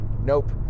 Nope